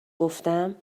گفتم